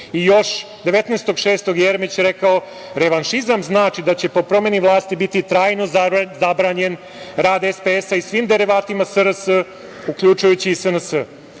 19.06. Jeremić je rekao: "Revanšizam znači da će po promeni vlasti biti trajno zabranjen rad SPS i svim derivatima SRS, uključujući i SNS.